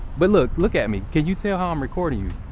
but look look at me, can you tell how i'm recording you?